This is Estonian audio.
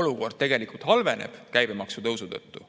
olukord tegelikult halveneb käibemaksutõusu tõttu.